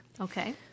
Okay